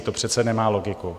To přece nemá logiku.